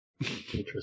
Interesting